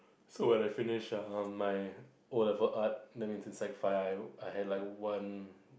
so when I finished um my O-level art that means in sec five I would I have like one